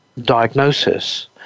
diagnosis